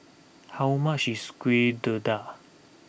how much is Kuih Dadar